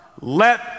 Let